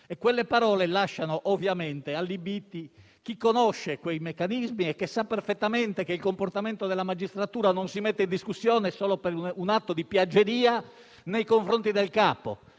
Quelle parole lasciano ovviamente allibiti chi conosce quei meccanismi e sa perfettamente che il comportamento della magistratura non si mette in discussione solo per un atto di piaggeria nei confronti del capo.